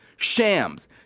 shams